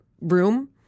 room